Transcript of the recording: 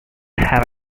have